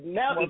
now